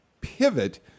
pivot